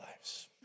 lives